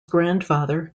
grandfather